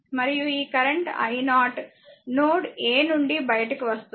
మరియు ఈ current i0 node a నుండి బయటికి వస్తుంది